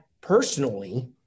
personally